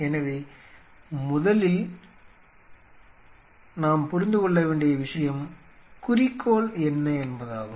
எனவே நாம் முதலில் புரிந்து கொள்ள வேண்டிய விஷயம் குறிக்கோள் என்ன என்பதாகும்